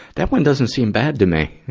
that one doesn't seem bad to me.